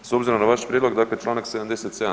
S obzirom na vaš prijedlog dakle Članak 77.